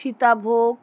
Sitabhog